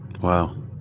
Wow